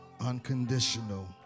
Unconditional